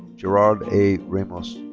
jerald a. ramos.